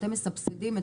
אתם מסבסדים.